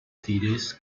feeders